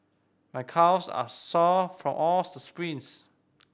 my calves are sore from all the sprints